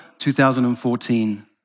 2014